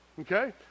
Okay